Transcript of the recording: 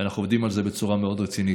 ואנחנו עובדים על זה בצורה מאוד רצינית.